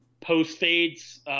post-fades